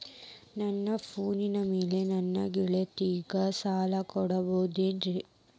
ನನ್ನ ಪಾಣಿಮ್ಯಾಲೆ ನನ್ನ ಗೆಳೆಯಗ ಸಾಲ ಕೊಡಬಹುದೇನ್ರೇ?